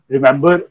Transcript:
Remember